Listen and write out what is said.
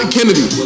Kennedy